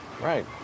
right